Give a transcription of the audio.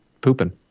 Pooping